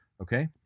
okay